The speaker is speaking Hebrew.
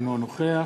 אינו נוכח